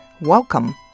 Welcome